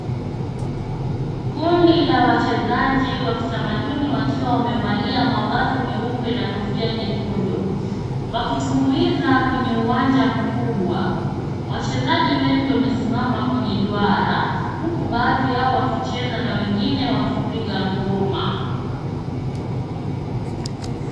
Kundi la wachezaji wa kitamaduni wakiwa wamevalia mavazi meupe na kofia nyekundu, wakitumbuiza kwenye uwanja mkubwa. Wachezaji wengi wamesimama kwenye duara huku baadhi yao wakicheza na wengine wakipiga ngoma.